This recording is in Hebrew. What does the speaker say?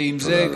עם זה,